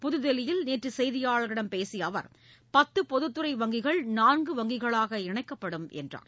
புதுதில்லியில் நேற்று செய்தியாளர்களிடம் பேசிய அவர் பத்து பொதுத்துறை வங்கிகள் நான்கு வங்கிகளாக இணைக்கப்படும் என்று தெரிவித்தார்